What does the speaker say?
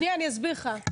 שנייה, אני אסביר לך.